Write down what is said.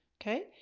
okay?